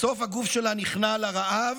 בסוף הגוף שלה נכנע לרעב.